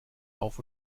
auf